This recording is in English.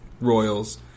royals